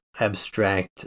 abstract